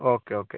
okay okay